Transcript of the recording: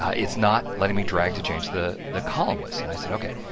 it's not letting me drag to change the the column lists. and i said ok,